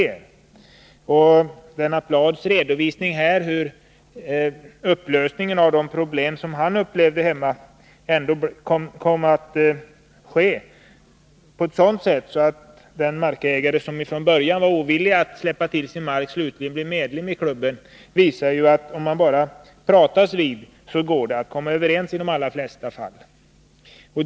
Det visar också Lennart Bladhs redovisning av upplösningen av de problem han hade upplevt: den markägare som från början var ovillig att släppa till sin mark blev slutligen medlem i klubben. Det visar att om man bara pratas vid så går det i de allra flesta fall att komma överens.